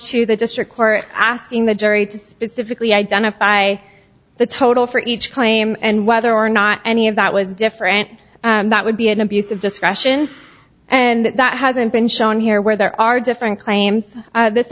to the district court asking the jury to specifically identify the total for each claim and whether or not any of that was different that would be an abuse of discretion and that hasn't been shown here where there are different claims this